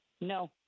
No